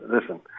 listen –